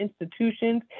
institutions